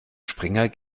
springer